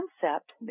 concept